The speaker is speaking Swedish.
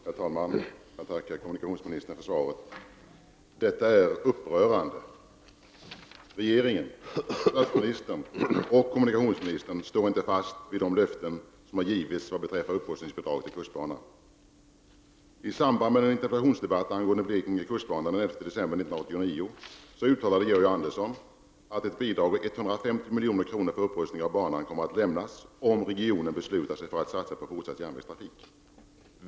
Herr talman! Jag tackar kommunikationsministern för svaret. Detta är upprörande. Regeringen, statsministern och kommunikationsministern står inte fast vid de löften som har givits beträffande upprustningsbidraget till kustbanan. I samband med en interpellationsdebatt om Blekinge kustbana den 11 december 1989 uttalade Georg Andersson att ett bidrag om 150 milj.kr. för upprustning av banan kommer att lämnas om man i regionen beslutar sig för att satsa på fortsatt järnvägstrafik.